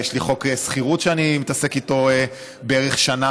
יש לי חוק שכירות שאני מתעסק איתו בערך שנה,